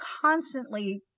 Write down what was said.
constantly